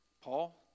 Paul